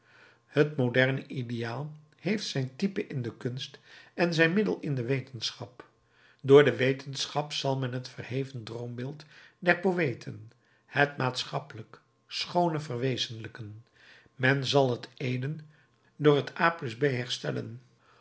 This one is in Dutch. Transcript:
het moderne ideaal heeft zijn type in de kunst en zijn middel in de wetenschap door de wetenschap zal men het verheven droombeeld der poëten het maatschappelijk schoone verwezenlijken men zal het eden door het a b herstellen